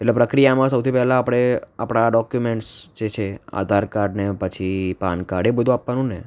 એટલે પ્રક્રિયામાં સૌથી પેલા આપણે આપણા ડોક્યુમેન્ટ્સ જે છે આધાર કાર્ડને પછી પાન કાર્ડ એ બધું આપવાનું ને